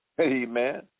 amen